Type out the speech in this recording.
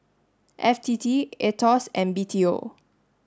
F T T AETOS and B T O